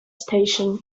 station